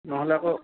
নহ'লে আকৌ